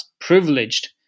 privileged